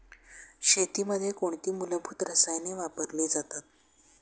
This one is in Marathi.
शेतीमध्ये कोणती मूलभूत रसायने वापरली जातात?